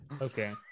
Okay